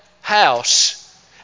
house